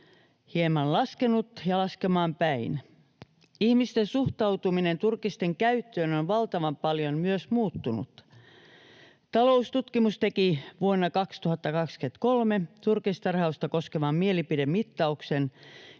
hieman laskenut ja on laskemaan päin. Ihmisten suhtautuminen turkisten käyttöön on valtavan paljon myös muuttunut. Taloustutkimus teki vuonna 2023 turkistarhausta koskevan mielipidemittauksen,